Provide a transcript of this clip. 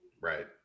right